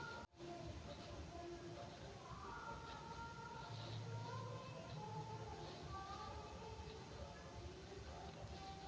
दुनिया भरी के देश र सरकार सिनी परियोजना आधारित उद्यमिता अपनाय रहलो छै